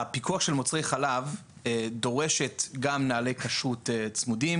הפיקוח של מוצרי חלב דורש גם נוהלי כשרות צמודים